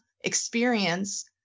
experience